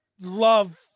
love